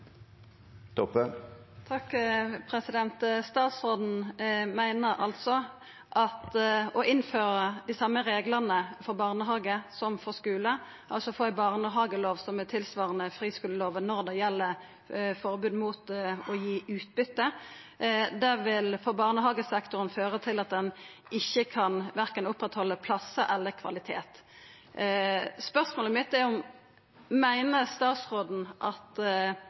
Statsråden meiner altså at å innføra dei same reglane for barnehage som for skule – å få ei barnehagelov som er tilsvarande friskulelova når det gjeld forbod mot å gi utbyte – vil for barnehagesektoren føra til at ein ikkje kan oppretthalda verken plassar eller kvalitet. Spørsmålet mitt er: Meiner statsråden at